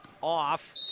off